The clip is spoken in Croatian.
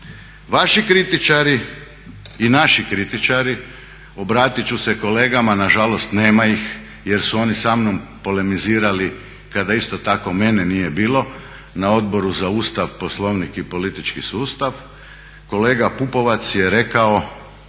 Vaši kritičari i naši kritičari, obratit ću se kolegama, nažalost nema ih jer su oni sa mnom polemizirali kada isto tako mene nije bilo na Odboru za Ustav, Poslovnik i politički sustav, kolega Pupovac je rekao